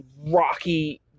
rocky